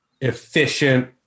efficient